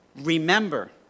Remember